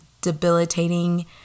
debilitating